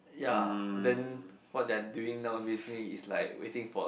ya then what they are doing now basically is like waiting for